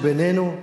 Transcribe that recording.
זה בינינו.